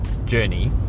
Journey